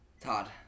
Todd